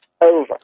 over